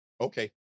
Okay